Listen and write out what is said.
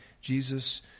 Jesus